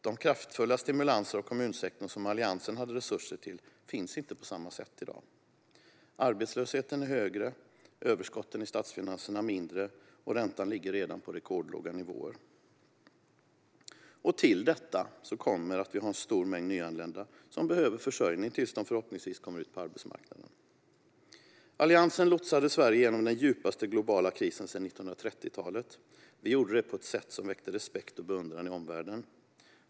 De kraftfulla stimulanser av kommunsektorn som Alliansen hade resurser till finns inte på samma sätt i dag. Arbetslösheten är högre, överskotten i statsfinanserna är mindre och räntan ligger redan på rekordlåga nivåer. Till detta kommer att vi har en stor mängd nyanlända som behöver försörjning tills de förhoppningsvis kommer ut på arbetsmarknaden. Alliansen lotsade Sverige genom den djupaste globala krisen sedan 1930-talet. Vi gjorde det på ett sätt som väckte respekt och beundran i omvärlden.